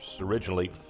Originally